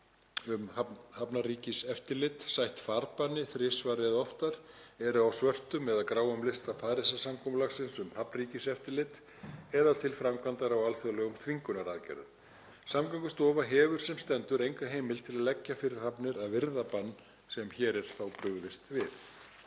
um hafnarríkiseftirlit, sætt farbanni þrisvar eða oftar, eru á svörtum eða gráum lista Parísarsamkomulagsins um hafnarríkiseftirlit eða til framkvæmdar á alþjóðlegum þvingunaraðgerðum. Samgöngustofa hefur sem stendur enga heimild til að leggja fyrir hafnir að virða bann sem hér er brugðist við.